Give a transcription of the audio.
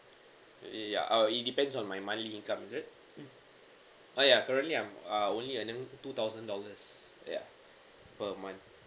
ya uh it depends on my monthly income is it uh ya currently I'm uh only earning two thousand dollars ya per month